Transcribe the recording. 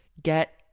get